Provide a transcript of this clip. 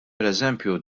pereżempju